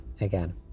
again